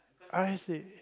I see